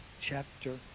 chapter